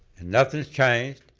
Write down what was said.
and nothing's changed.